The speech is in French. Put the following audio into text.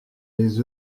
les